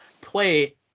play